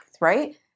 right